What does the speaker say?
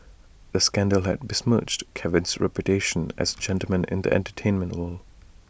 the scandal had besmirched Kevin's reputation as gentleman in the entertainment world